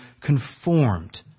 conformed